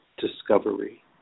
discovery